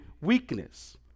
weakness